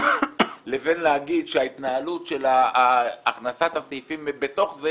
לבין להגיד שההתנהלות של הכנסת הסעיפים בתוך זה,